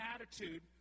attitude